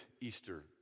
Easter